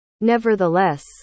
Nevertheless